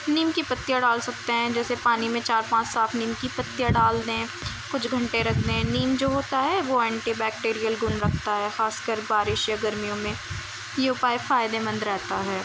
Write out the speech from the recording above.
نیم کی پتیاں ڈال سکتے ہیں جیسے پانی میں چار پانچ صاف نیم کی پتیاں ڈال دیں کچھ گھنٹے رکھ دیں نیم جو ہوتا ہے وہ اینٹی بیکٹیریل گن رکھتا ہے خاص کر بارش یا گرمیوں میں اپائے فائدے مند رہتا ہے